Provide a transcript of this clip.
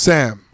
Sam